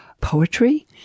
poetry